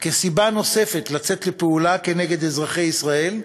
כסיבה נוספת לצאת לפעולה כנגד אזרחי ישראל.